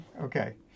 Okay